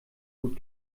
gut